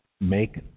make